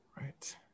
Right